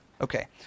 Okay